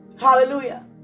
Hallelujah